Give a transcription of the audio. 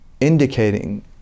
indicating